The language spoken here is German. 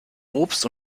obst